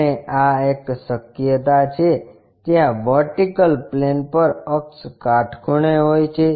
અને આ એક શક્યતા છે જ્યાં વર્ટિકલ પ્લેન પર અક્ષ કાટખૂણે હોય છે